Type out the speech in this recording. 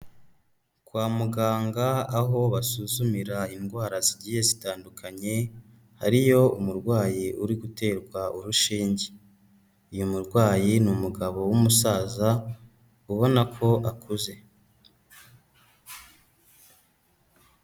Kwa muganga aho basuzumira indwara zigiye zitandukanye, hariyo umurwayi uri guterwa urushinge, uyu murwayi ni umugabo w'umusaza ubona ko akuze.